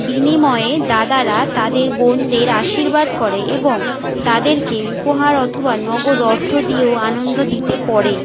বিনিময়ে দাদারা তাদের বোনদের আশীর্বাদ করে এবং তাদেরকে উপহার অথবা নগদ অর্থ দিয়েও আনন্দ দিতে পারে